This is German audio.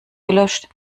gelöscht